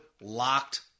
locked